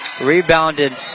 Rebounded